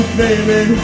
baby